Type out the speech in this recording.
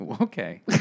Okay